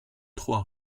trois